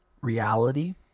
reality